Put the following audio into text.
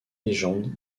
légendes